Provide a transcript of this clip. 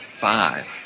five